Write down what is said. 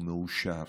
הוא מאושר.